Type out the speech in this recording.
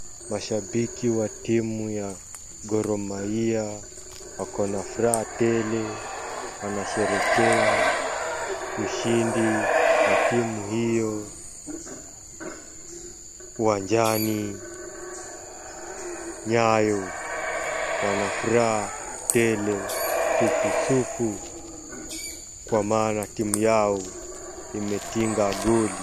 Mashambiki wa timu ya Gor Mahia wakona furaha tele wanasherekea ushindi wa timu hiyo uwanjani Nyayo. Wana furaha tele, sufusufu kwa maana timu yao imetiga goli.